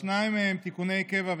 שניים מהם תיקוני קבע,